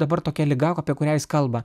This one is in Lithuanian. dabar tokia liga apie kurią jis kalba